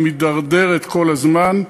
היא מידרדרת כל הזמן.